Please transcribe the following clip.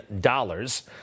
dollars